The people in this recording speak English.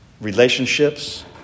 relationships